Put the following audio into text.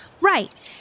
Right